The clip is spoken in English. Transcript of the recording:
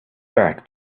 back